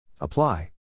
Apply